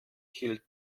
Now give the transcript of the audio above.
hielt